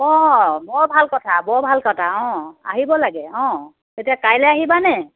অঁ বৰ ভাল কথা বৰ ভাল কথা অঁ আহিব লাগে অঁ এতিয়া কাইলে আহিবানে